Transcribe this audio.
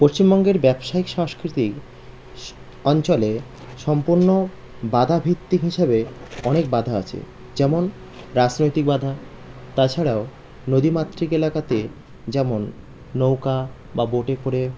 পশ্চিমবঙ্গের ব্যবসায়িক সাংস্কৃতিক অঞ্চলে সম্পূর্ণ বাঁধাভিত্তিক হিসাবে অনেক বাঁধা আছে যেমন রাজনৈতিক বাঁধা তাছাড়াও নদীমাতৃক এলাকাতে যেমন নৌকা বা বোটে করে